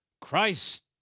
Christ